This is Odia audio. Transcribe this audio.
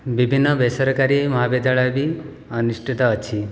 ବିଭିନ୍ନ ବେସରକାରୀ ମହାବିଦ୍ୟାଳୟ ବି ଅନୁଷ୍ଠିତ ଅଛି